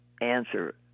answer